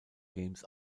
games